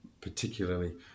particularly